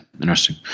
Interesting